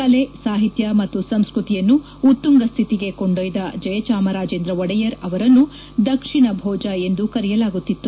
ಕಲೆ ಸಾಹಿತ್ಯ ಮತ್ತು ಸಂಸ್ಟತಿಯನ್ನು ಉತ್ತುಂಗ ಸ್ಥಿತಿಗೆ ಕೊಂಡೊಯ್ದ ಜಯಚಾಮರಾಜೇಂದ್ರ ಒಡೆಯರ್ ಅವರನ್ನು ದಕ್ಷಿಣ ಭೋಜ ಎಂದು ಕರೆಯಲಾಗುತ್ತಿತ್ತು